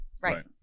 right